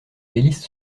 délices